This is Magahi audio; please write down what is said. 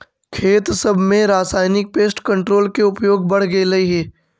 खेत सब में रासायनिक पेस्ट कंट्रोल के उपयोग बढ़ गेलई हे